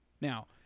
Now